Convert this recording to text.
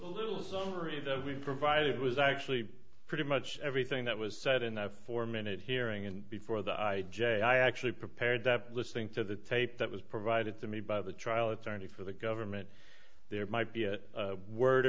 a little summary that we provided was actually pretty much everything that was said in that four minute hearing and before the i j i actually prepared that listening to the tape that was provided to me by the trial attorney for the government there might be a word